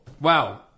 Wow